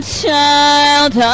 child